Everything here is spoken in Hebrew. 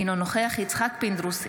אינו נוכח יצחק פינדרוס,